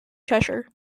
cheshire